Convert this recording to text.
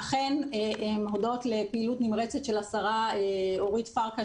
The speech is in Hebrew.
אכן הודות לפעילות נמרצת של השרה אורית פרקש,